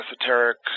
esoteric